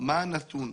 מה הנתון.